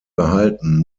behalten